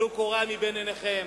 טלו קורה מבין עיניכם